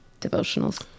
devotionals